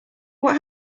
what